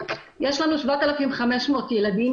יש לנו 7,500 ילדים